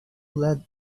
led